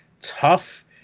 Tough